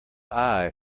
eye